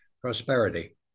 prosperity